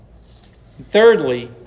Thirdly